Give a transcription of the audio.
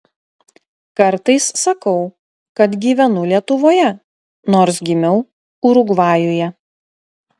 kartais sakau kad gyvenu lietuvoje nors gimiau urugvajuje